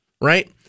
Right